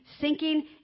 sinking